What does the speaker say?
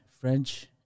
French